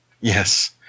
Yes